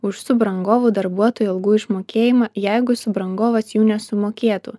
už subrangovų darbuotojų algų išmokėjimą jeigu subrangovas jų nesumokėtų